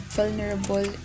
vulnerable